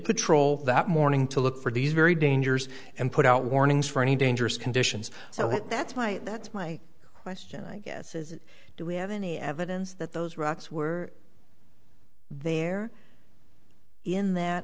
patrol that morning to look for these very dangers and put out warnings for any dangerous conditions so that's why that's my question i guess is do we have any evidence that those rocks were there in that